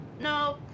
no